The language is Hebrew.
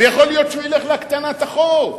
ויכול להיות שהוא ילך להקטנת החוב,